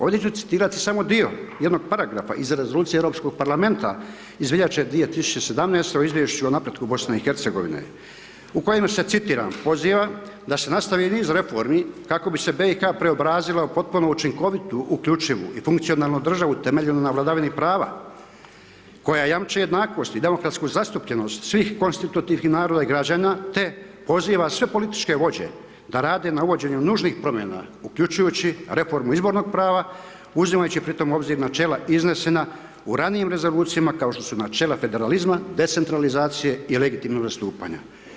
Ovdje ću citirati samo dio jednog paragrafa iz rezolucije Europskog parlamenta, iz veljače 2017. o izvješću o napretku BIH, u kojem se citira, poziva da se nastavi niz reformi, kako bi se BIH preobrazila, u potpunu učinkovitiju, uključivo i funkcionalnu državu, temeljenu na vladavinu prava, koji jamči jednakost i demografsku zastupljenost, svih konstitutivnih naroda i građana te poziva sve političke vođe da rade na uvođenju nužnih promjena uključujući reformu izbornog prava, uzimajući pri tom u obzir načela iznesena u ranijim rezolucijama, kao što su načela federalizma, decentralizacije i legitimnog nastupanja.